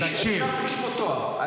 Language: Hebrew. אפשר בלי שמות תואר.